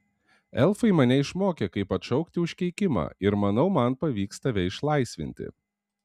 elfai mane išmokė kaip atšaukti užkeikimą ir manau man pavyks tave išlaisvinti